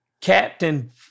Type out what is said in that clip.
Captain